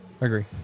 agree